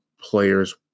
players